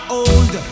old